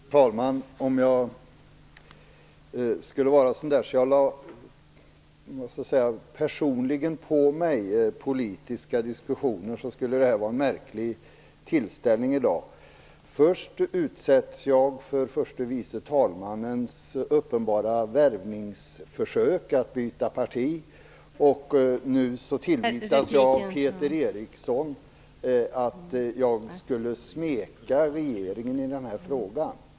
Fru talman! Om jag personligen skulle ta åt mig av politiska diskussioner, skulle jag finna dagens tillställning vara märklig. Först utsätts jag för ett uppenbart värvningsförsök från förste vice talmannen, som vill få mig att byta parti, och nu tillvitas jag av Peter Eriksson att smeka regeringen i den här frågan.